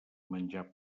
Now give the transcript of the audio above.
menjar